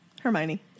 Hermione